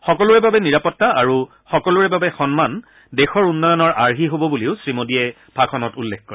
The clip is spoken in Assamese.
সকলোৰে বাবে নিৰাপত্তা আৰু সকলোৰে বাবে সন্মান দেশৰ উন্নয়নৰ আৰ্হি হ'ব বুলিও শ্ৰী মোদীয়ে ভাষণত উল্লেখ কৰে